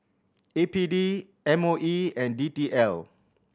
A P D M O E and D T L